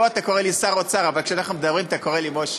פה אתה קורא לי שר האוצר אבל כשאנחנו מדברים אתה קורא לי מוישה,